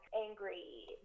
angry